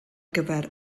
gyfer